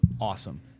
Awesome